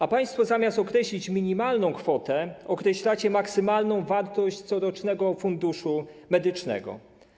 A państwo zamiast określić minimalną kwotę, określacie maksymalną wartość corocznego Funduszu Medycznego.